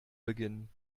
beginnen